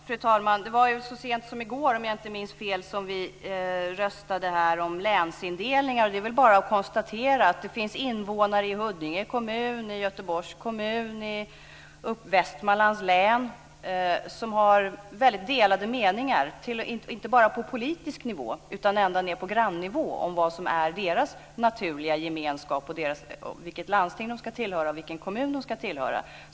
Fru talman! Det var så sent som i går, om jag inte minns fel, som vi röstade om länsindelningar. Det är bara att konstatera att invånarna i Huddinge kommun, i Göteborgs kommun och i Västmanlands län har väldigt delade meningar inte bara på politisk nivå utan ända ned på grannivå om vad som är deras naturliga gemenskap och vilket landsting och vilken kommun de ska tillhöra.